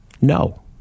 No